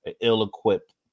ill-equipped